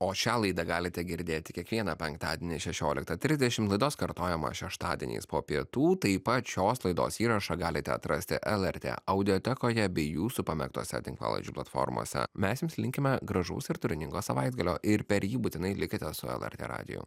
o šią laidą galite girdėti kiekvieną penktadienį šešioliktą tridešimt laidos kartojamą šeštadieniais po pietų taip pat šios laidos įrašą galite atrasti lrt audiotekoje bei jūsų pamėgtose tinklalaidžių platformose mes jums linkime gražaus ir turiningo savaitgalio ir per jį būtinai likite su lrt radiju